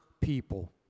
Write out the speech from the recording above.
people